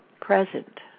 present